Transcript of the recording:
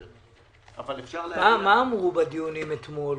אבל אפשר להגיע --- מה אמרו בדיונים אתמול?